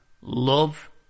love